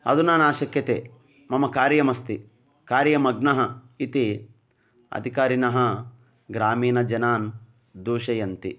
अधुना न शक्यते मम कार्यमस्ति कार्यमग्नः इति अधिकारिणिः ग्रामीणजनान् दूषयन्ति